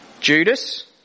Judas